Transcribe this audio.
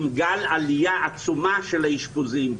עם גל עלייה עצום של האשפוזים.